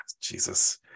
Jesus